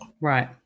Right